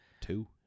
Two